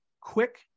quick